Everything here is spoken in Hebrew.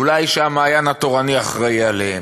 אולי, ש"מעיין החינוך התורני" אחראי להם,